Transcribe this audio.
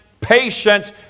patience